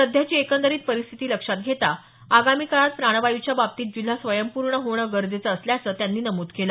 सध्याची एकंदरीत परिस्थिती लक्षात घेता आगामी काळात प्राणवायूच्या बाबतीत जिल्हा स्वयंपूर्ण होणं गरजेचं असल्याचं त्यांनी नमूद केलं